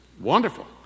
wonderful